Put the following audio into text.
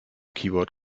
keyboard